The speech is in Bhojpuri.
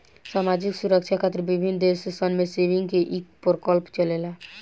सामाजिक सुरक्षा खातिर विभिन्न देश सन में सेविंग्स के ई प्रकल्प चलेला